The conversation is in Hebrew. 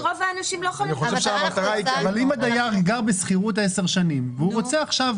אבל אם הדייר גר בשכירות 10 שנים והוא רוצה עכשיו,